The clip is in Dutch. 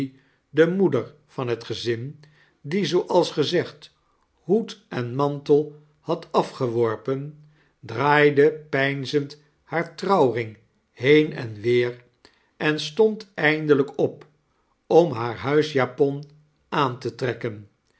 de moeder van het gezin die zooals gezegd hoed en mantel had afgeworpen draaide peinzend haar trouwring heen en weer en stond eindelijk op om haar huisjapon aan te trekken